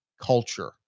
culture